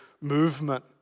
movement